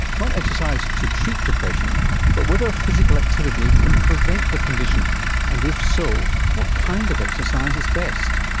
not exercise to treat depression but whether physical activity can prevent the condition and, if so, what kind of exercise is best?